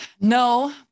No